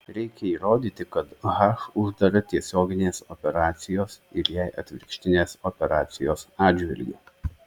reikia įrodyti kad h uždara tiesioginės operacijos ir jai atvirkštinės operacijos atžvilgiu